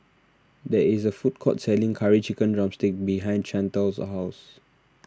there is a food court selling Curry Chicken Drumstick behind Chantal's house